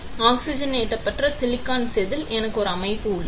ஆக்ஸிஜனேற்றப்பட்ட silicon செதில் எனக்கு ஒரு அமைப்பு உள்ளது